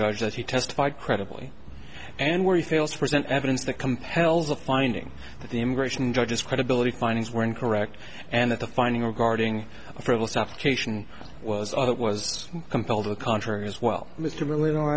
judge that he testified credibly and where he fails to present evidence that compels the finding that the immigration judges credibility findings were incorrect and that the finding regarding frivolous application was all it was compelled or contrary as well mr really don't